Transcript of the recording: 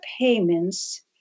payments